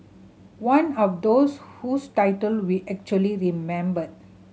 one of those whose title we actually remembered